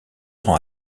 rend